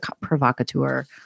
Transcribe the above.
provocateur